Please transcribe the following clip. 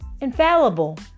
infallible